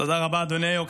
תודה רבה, אדוני היו"ר.